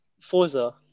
Forza